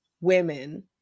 women